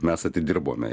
mes atidirbome